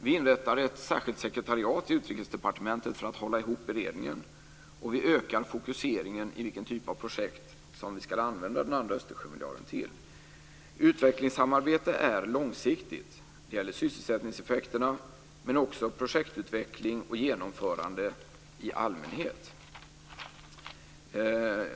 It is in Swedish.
Vi inrättar ett särskilt sekretariat i Utrikesdepartementet för att hålla ihop beredningen, och vi ökar fokuseringen på vilken typ av projekt som vi ska använda den andra Östersjömiljarden till. Utvecklingssamarbete är långsiktigt. Det gäller sysselsättningseffekterna men också projektutveckling och genomförande i allmänhet.